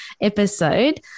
episode